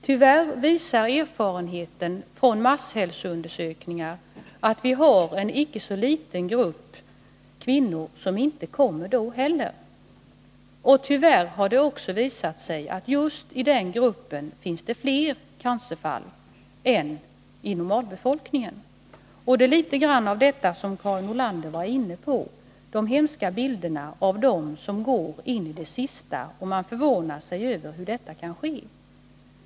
Tyvärr visar erfarenheten från masshälsoundersökningar att det finns en icke så liten grupp kvinnor som inte kommer ens till sådana undersökningar. Tyvärr har det också visat sig att det just i den gruppen finns fler cancerfall än i normalbefolkningen. Det är litet grand av detta som Karin Nordlander var inne på, när hon talade om de hemska bilderna av dem som in i det sista undviker att söka läkare. Man förvånar sig över att detta kan ske.